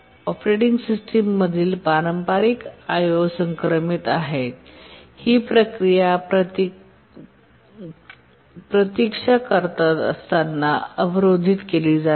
operating system मधील पारंपारिक I O समक्रमित आहे ही प्रक्रिया प्रक्रियेस प्रतीक्षा करत असताना अवरोधित केली जाते